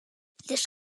this